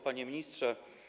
Panie Ministrze!